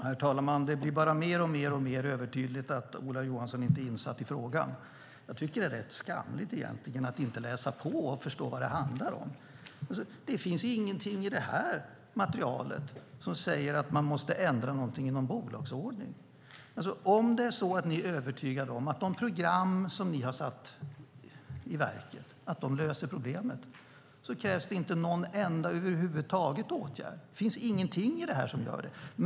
Herr talman! Det blir bara mer och mer tydligt att Ola Johansson inte är insatt i frågan. Jag tycker egentligen att det är rätt skamligt att inte läsa på och förstå vad det handlar om. Det finns inget i detta material som säger att man måste ändra något i någon bolagsordning. Om ni är övertygade om att de program som ni har satt i verket löser problemet krävs det inte en enda åtgärd över huvud taget. Det finns inget i detta som innebär det.